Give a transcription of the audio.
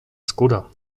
skóra